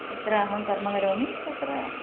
यत्र अहं कर्मकरोमि तत्र